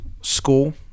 school